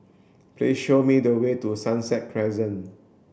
please show me the way to Sunset Crescent